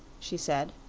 she said.